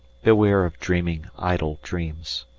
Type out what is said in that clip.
beware of dreaming idle dreams.